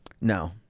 No